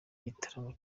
igitaramo